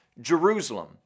Jerusalem